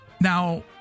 Now